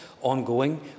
ongoing